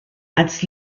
als